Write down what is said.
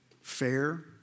fair